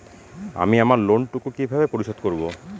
আমি আমার লোন টুকু কিভাবে পরিশোধ করব?